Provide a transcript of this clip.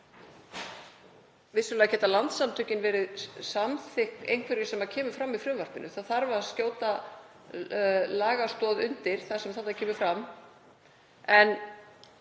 Vissulega geta landssamtökin verið samþykk einhverju sem kemur fram í frumvarpinu. Skjóta þarf lagastoð undir það sem þar kemur fram.